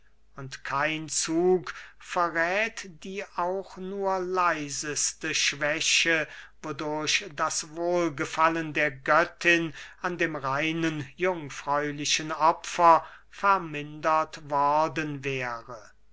und kein zug verräth die auch nur leiseste schwäche wodurch das wohlgefallen der göttin an dem reinen jungfräulichen opfer vermindert worden wäre